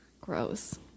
Gross